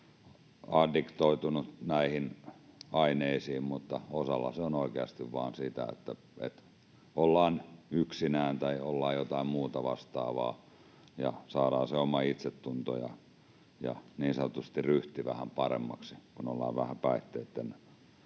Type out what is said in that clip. addiktoitunut näihin aineisiin, mutta osalla se on oikeasti vain sitä, että ollaan yksinään tai ollaan jotain muuta vastaavaa ja saadaan se oma itsetunto ja niin sanotusti ryhti vähän paremmaksi, kun ollaan vähän päihteitten